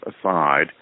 aside